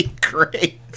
Great